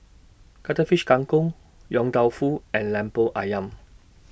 Cuttlefish Kang Kong Yong Tau Foo and Lemper Ayam